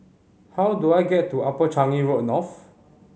how do I get to Upper Changi Road North